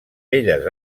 belles